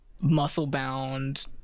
muscle-bound